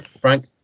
Frank